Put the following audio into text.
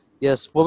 Yes